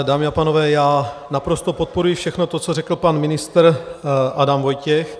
Dámy a pánové, já naprosto podporuji všechno, co řekl pan ministr Adam Vojtěch.